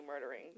murdering